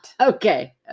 Okay